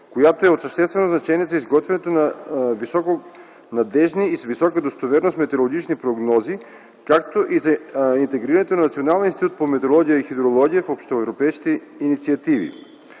която е от съществено значение за изготвянето на високонадеждни и с висока достоверност метеорологични прогнози, както и за интегрирането на Националния институт по метеорология и хидрология в общоевропейските инициативи.